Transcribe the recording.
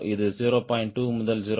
2 முதல் 0